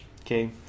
Okay